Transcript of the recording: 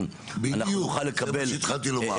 שאנחנו לא יודעים מה החשבון שאנחנו נצטרך ב-2065,